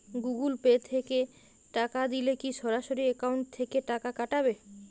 Google Pay তে টাকা দিলে কি সরাসরি অ্যাকাউন্ট থেকে টাকা কাটাবে?